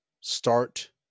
Start